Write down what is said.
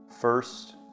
First